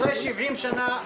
אחרי 70 שנה,